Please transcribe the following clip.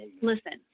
listen